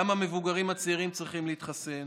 גם המבוגרים הצעירים צריכים להתחסן,